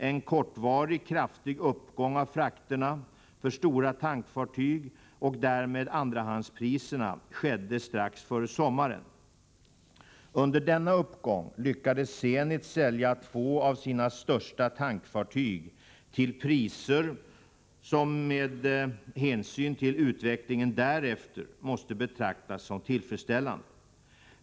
En kortvarig kraftig uppgång av frakterna för stora tankfartyg och vid Zenit Shipping därmed andrahandspriserna skedde strax före sommaren. Under denna AB uppgång lyckades Zenit sälja två av sina största tankfartyg till priser som, med hänsyn till utvecklingen därefter, måste betraktas som tillfredsställande.